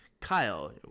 Kyle